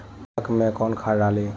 पालक में कौन खाद डाली?